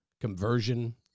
conversion